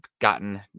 gotten –